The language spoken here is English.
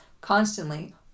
constantly